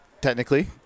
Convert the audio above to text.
technically